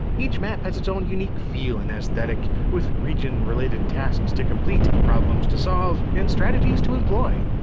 each map has its own unique feel and aesthetic, with region-related tasks to complete, problems to solve, and strategies to employ.